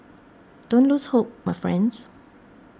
don't lose hope my friends